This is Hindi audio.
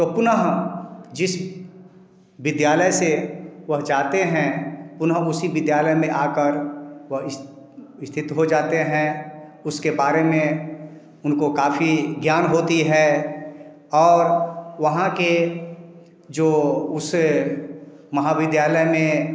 तो पुन जिस विद्यालय से पहुँचाते हैं पुन उसी विद्यालय में आकर वहीं इस स्थित हो जाते हैं उसके बारे में उनको काफी ज्ञान होती है और वहाँ के जो उस महाविद्यालय में